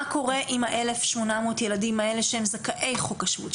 מה קורה עם ה-1,800 ילדים אלה שהם זכאי חוק השבות?